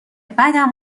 بدم